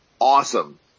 awesome